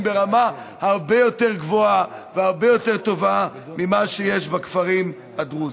ברמה הרבה יותר גבוהה והרבה יותר טובה ממה שיש בכפרים הדרוזיים.